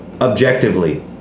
objectively